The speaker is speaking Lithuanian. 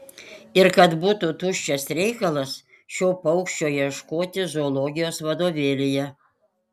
ir kad būtų tuščias reikalas šio paukščio ieškoti zoologijos vadovėlyje